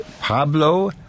Pablo